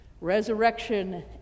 Resurrection